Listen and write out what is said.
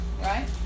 right